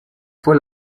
fue